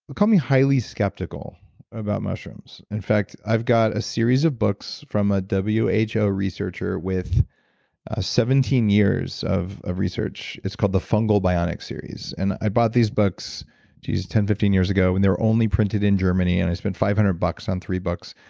call me highly skeptical about mushrooms, in fact, i've got a series of books from a w h o researcher with seventeen years of of research. it's called the fungalbionic series and i bought these books ten fifteen years ago when they were only printed in germany and i spent five hundred bucks on three books,